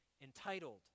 entitled